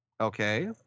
Okay